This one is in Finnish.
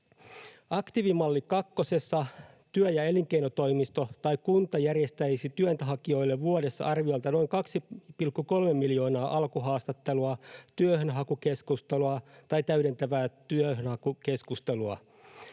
Aktiivimalli kakkosessa työ- ja elinkeinotoimisto tai kunta järjestäisi työnhakijoille vuodessa arviolta noin 2,3 miljoonaa alkuhaastattelua, työnhakukeskustelua tai täydentävää työnhakukeskustelua.